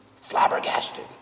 flabbergasted